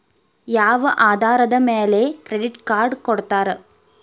ಯಾವ ಆಧಾರದ ಮ್ಯಾಲೆ ಕ್ರೆಡಿಟ್ ಕಾರ್ಡ್ ಕೊಡ್ತಾರ?